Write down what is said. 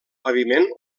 paviment